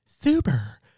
Super